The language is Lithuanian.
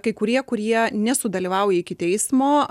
kai kurie kurie nesudalyvauja iki teismo